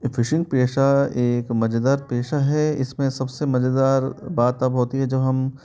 ये फिशिंग पेशा एक मज़ेदार पेशा है इस में सब से मज़ेदार बात तब होती है जब हम